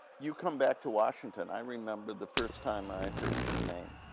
you come back to washington, i remember the first time i heard your name,